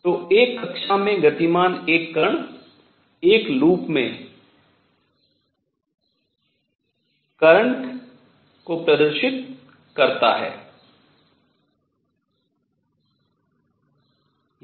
तो एक कक्षा में गतिमान एक कण एक लूप में धारा को प्रदर्शित करता है